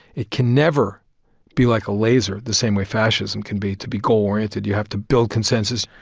it can never be like a laser, the same way fascism can be. to be goal-oriented, you have to build consensus.